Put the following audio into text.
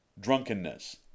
Drunkenness